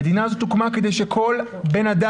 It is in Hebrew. המדינה הזאת הוקמה כדי שכל אדם,